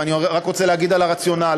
ואני רק רוצה להגיד על הרציונל.